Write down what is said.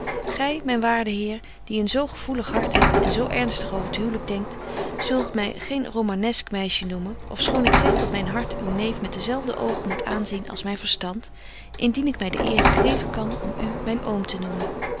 gy myn waarde heer die een zo gevoelig hart hebt en zo ernstig over het huwlyk denkt zult my geen romanesq meisje noemen ofschoon ik zeg dat myn hart uw neef met dezelfde oogen moet aanzien als myn verstand indien ik my de eere geven kan betje wolff en aagje deken historie van mejuffrouw sara burgerhart om u myn oom te noemen